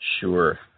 sure